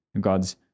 God's